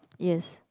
yes